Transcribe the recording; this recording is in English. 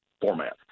format